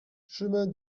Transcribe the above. chemin